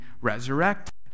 resurrected